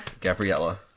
Gabriella